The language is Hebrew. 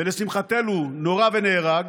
ולשמחתנו נורה ונהרג,